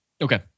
Okay